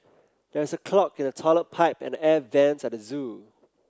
there is a clog in the toilet pipe and the air vents at the zoo